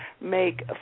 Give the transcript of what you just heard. make